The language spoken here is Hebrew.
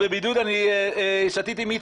אני לא